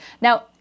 Now